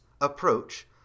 approach